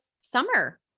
summer